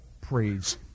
praise